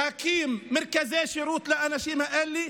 להקים מרכזי שירות לאנשים האלה,